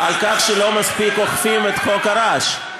שלא מספיק אוכפים את חוק הרעש.